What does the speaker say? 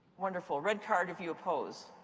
wonderful. red card, if you oppose.